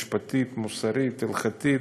משפטית, מוסרית, הלכתית,